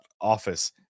office